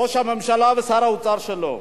ראש הממשלה, ושר האוצר שלו.